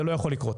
זה לא יכול לקרות.